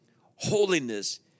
Holiness